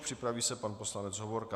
Připraví se pan poslanec Hovorka.